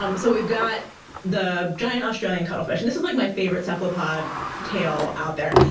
um so we've got the giant australian cuttlefish. and this is like my favorite cephalopod tale out there.